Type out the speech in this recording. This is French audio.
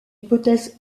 hypothèse